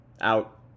out